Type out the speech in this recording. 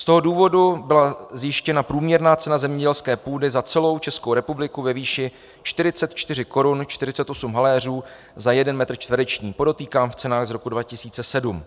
Z toho důvodu byla zjištěna průměrná cena zemědělské půdy za celou Českou republiku ve výši 44,48 Kč za jeden metr čtvereční, podotýkám v cenách z roku 2007.